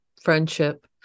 friendship